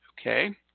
Okay